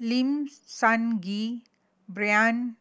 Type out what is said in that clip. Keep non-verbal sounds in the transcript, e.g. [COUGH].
Lim Sun Gee [UNINTELLIGIBLE] Brian